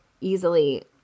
easily